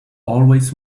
always